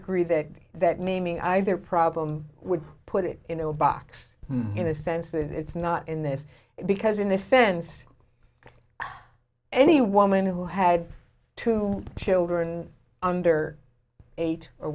agree that that naming either problem would put it in a box in a sense that it's not in this because in the sense that any woman who had two children under eight or